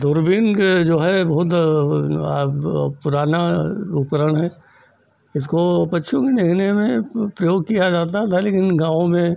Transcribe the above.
दूरबीन के जो है बहुत अब पुराना उपकरण है इसको पक्षियों को देखने में प्रयोग किया जाता था लेकिन गाँव में